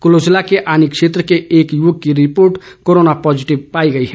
कुल्लू जिले के आनी क्षेत्र के एक युवक की रिपोर्ट कोरोना पॉजिटिव पाई गई है